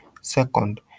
Second